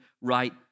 right